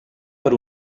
per